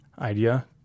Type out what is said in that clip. idea